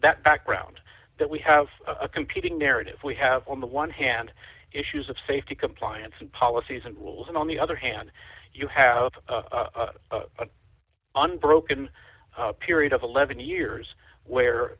that background that we have a competing narrative we have on the one hand issues of safety compliance and policies and rules and on the other hand you have a unbroken period of eleven years where